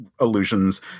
illusions